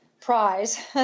prize